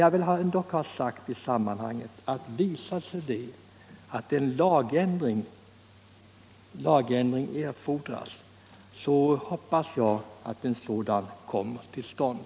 Jag vill dock ha sagt i detta sammanhang att om det visar sig att en lagändring erfordras så hoppas jag att en sådan kommer till stånd.